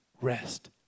rest